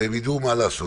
והם ידעו מה לעשות.